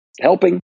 helping